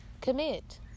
commit